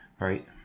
right